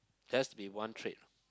has to be one trait